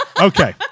Okay